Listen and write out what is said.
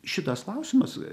šitas klausimas